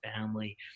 family